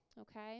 Okay